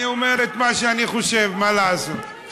אני אומר את מה שאני חושב, מה לעשות.